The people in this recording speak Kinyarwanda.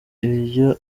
ibyo